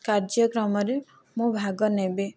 କାର୍ଯ୍ୟକ୍ରମରେ ମୁଁ ଭାଗ ନେବି